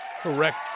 correct